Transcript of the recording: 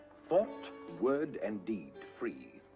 thought, word and deed free.